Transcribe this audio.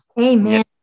Amen